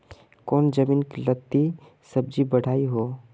कौन जमीन लत्ती सब्जी बढ़िया हों?